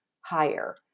higher